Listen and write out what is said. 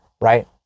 right